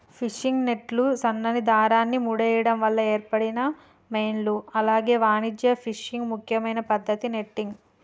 fishing నెట్లు సన్నని దారాన్ని ముడేయడం వల్ల ఏర్పడిన మెష్లు అలాగే వాణిజ్య ఫిషింగ్ ముఖ్యమైన పద్దతి నెట్టింగ్